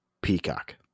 Peacock